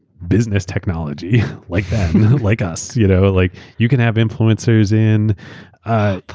business technology, like like us. you know like you can have influencers in ah